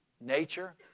nature